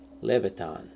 Levitan